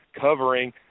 covering